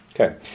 Okay